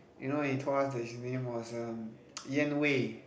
you know he told us that his name was Yan-Wei